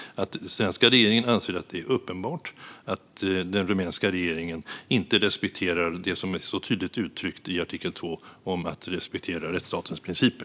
Den svenska regeringen anser att det är uppenbart att den rumänska regeringen inte respekterar det som är så tydligt uttryckt i artikel 2 om att respektera rättsstatens principer.